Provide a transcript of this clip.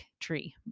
tree